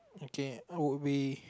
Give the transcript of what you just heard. okay I would be